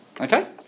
Okay